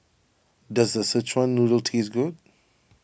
does Szechuan Noodle taste good